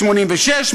86%,